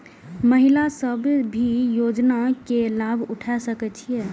महिला सब भी योजना के लाभ उठा सके छिईय?